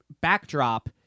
backdrop